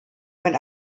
mit